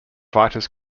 vitus